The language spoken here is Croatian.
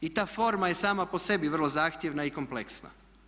I ta forma je sama po sebi vrlo zahtjevna i kompleksna.